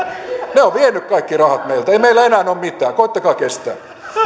ne ovat vieneet kaikki rahat meiltä ei meillä enää ole ole mitään koettakaa kestää